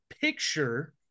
picture